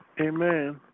Amen